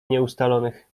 nieustalonych